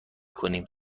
کنیم